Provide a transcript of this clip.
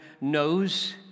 knows